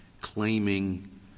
claiming